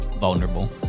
Vulnerable